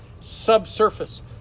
subsurface